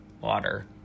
water